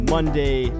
Monday